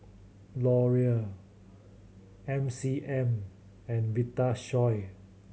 Laurier M C M and Vitasoy